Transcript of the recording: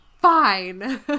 Fine